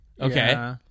Okay